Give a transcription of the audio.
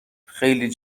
خیلی